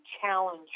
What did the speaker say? challenge